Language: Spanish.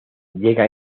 llega